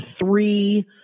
three